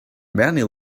many